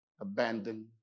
abandoned